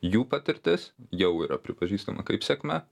jų patirtis jau yra pripažįstama kaip sėkme